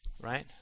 right